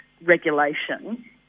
regulation